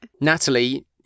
Natalie